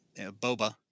Boba